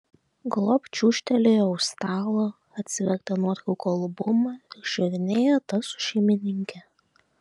galop čiūžtelėjo už stalo atsivertė nuotraukų albumą ir žiūrinėja tas su šeimininke